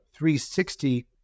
360